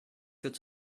führt